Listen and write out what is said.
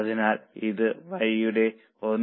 അതിനാൽ ഇത് Y യുടെ 1